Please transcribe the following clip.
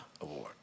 award